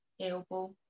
elbow